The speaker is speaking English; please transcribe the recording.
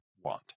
want